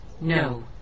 No